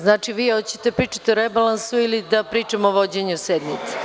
Znači, vi hoćete da pričate o rebalansu ili da pričamo o vođenju sednice?